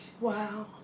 Wow